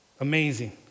amazing